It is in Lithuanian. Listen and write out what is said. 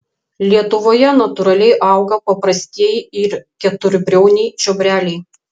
lietuvoje natūraliai auga paprastieji ir keturbriauniai čiobreliai